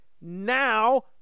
Now